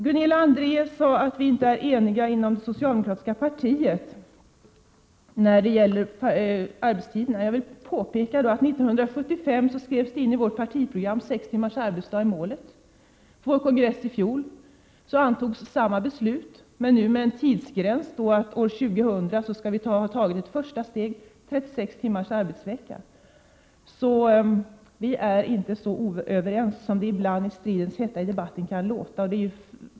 Gunilla André sade att vi inte är eniga inom det socialdemokratiska partiet när det gäller arbetstiderna. Jag vill påpeka att det 1975 skrevs in i vårt partiprogram att sex timmars arbetsdag är målet. På kongressen i fjol antogs samma beslut men med en tidsgräns, dvs. att ett första steg till 36 timmars arbetsvecka skall ha tagits år 2000. Vi är alltså inte så oense som det ibland kan låta i stridens hetta i debatten.